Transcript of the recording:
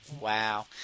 Wow